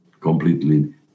completely